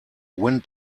when